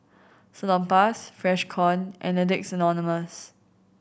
Salonpas Freshkon and Addicts Anonymous